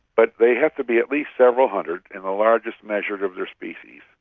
but they have to be at least several hundred and the largest measured of their species,